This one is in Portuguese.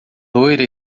loira